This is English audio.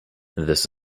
this